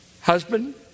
Husband